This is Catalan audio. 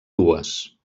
dues